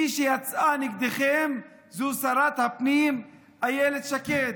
מי שיצאה נגדכם זו שרת הפנים אילת שקד,